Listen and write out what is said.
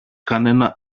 κανένα